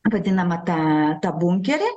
vadinamą tą bunkerį